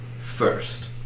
first